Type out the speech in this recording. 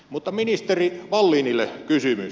mutta ministeri wallinille kysymys